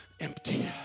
empty